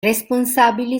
responsabili